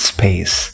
Space